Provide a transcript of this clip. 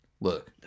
look